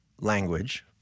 language